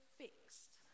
fixed